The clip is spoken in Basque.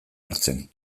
hartzen